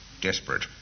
desperate